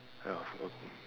kind of though